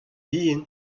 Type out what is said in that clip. bihan